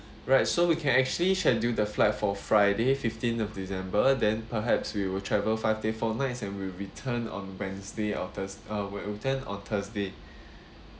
right so we can actually schedule the flight for friday fifteen of december then perhaps we will travel five day four nights and we'll return on wednesday or thurs~ uh we'll return on thursday